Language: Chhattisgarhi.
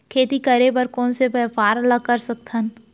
खेती करे बर कोन से व्यापार ला कर सकथन?